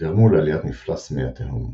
וגרמו לעליית מפלס מי התהום.